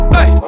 Hey